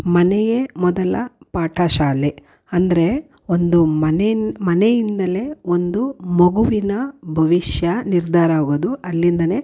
ಮನೆಯೇ ಮೊದಲ ಪಾಠ ಶಾಲೆ ಅಂದರೆ ಒಂದು ಮನೆ ಮನೆಯಿಂದಲೇ ಒಂದು ಮಗುವಿನ ಭವಿಷ್ಯ ನಿರ್ಧಾರ ಆಗೋದು ಅಲ್ಲಿಂದಲೇ